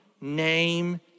name